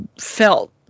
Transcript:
felt